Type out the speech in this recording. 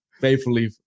faithfully